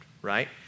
Right